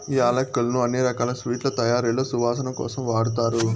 యాలక్కులను అన్ని రకాల స్వీట్ల తయారీలో సువాసన కోసం వాడతారు